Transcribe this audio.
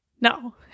no